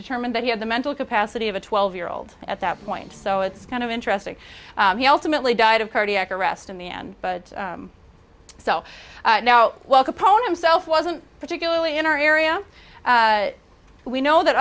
determined that he had the mental capacity of a twelve year old at that point so it's kind of interesting he also mentally died of cardiac arrest in the end but so now well component of self wasn't particularly in our area we know that